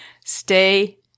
stay